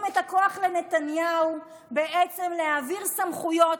את הכוח לנתניהו בעצם להעביר סמכויות